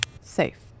Safe